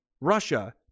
Russia